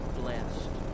blessed